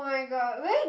oh-my-god will it